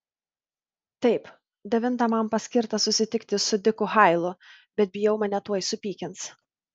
taip devintą man paskirta susitikti su diku hailu bet bijau mane tuoj supykins